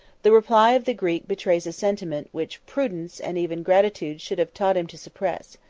the reply of the greek betrays a sentiment, which prudence, and even gratitude, should have taught him to suppress.